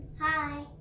hi